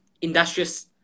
industrious